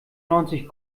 neunzig